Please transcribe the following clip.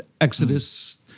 Exodus